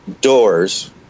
doors